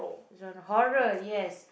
genre horror yes